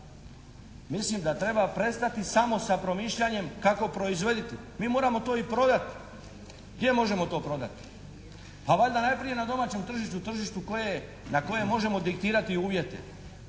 Mislim da treba prestati samo sa promišljanjem kako proizvoditi. Mi moramo to i prodati. Gdje možemo to prodati? A valjda najprije na domaćem tržištu, tržištu koje, na kojem možemo diktirati uvjete.